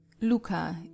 Luca